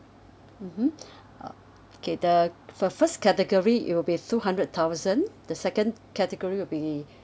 mmhmm uh okay the for first category it will be two hundred thousand the second category will be